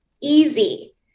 easy